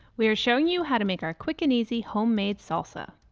we are showing you how to make our quick and easy homemade salsa.